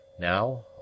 Now